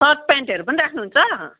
short प्यान्टहरू पनि राख्नुहुन्छ